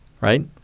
right